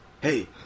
Hey